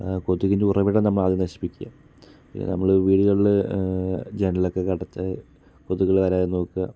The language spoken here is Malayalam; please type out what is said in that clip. കൊതുകിൻ്റെ ഉറവിടം നമ്മൾ ആദ്യം നശിപ്പിക്കുക പിന്നെ നമ്മൾ വീടുകളിൽ ജനൽ ഒക്കെ അടച്ച് കൊതുകുകൾ വരാതെ നോക്കുക